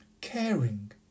caring